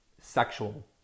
sexual